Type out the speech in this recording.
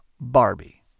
Barbie